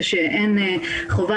לכן אין שום חובה